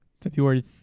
February